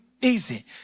easy